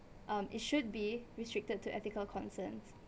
um it should be restricted to ethical concerns